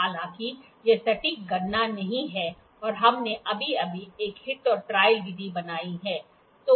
हालाँकि यह सटीक गणना नहीं है और हमने अभी अभी एक हिट और ट्रायल विधि बनाई है